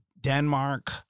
Denmark